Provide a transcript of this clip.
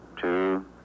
two